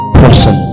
person